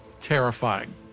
Terrifying